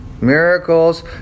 miracles